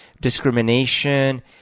discrimination